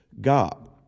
God